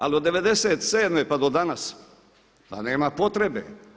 Ali od '97. pa do danas pa nema potrebe.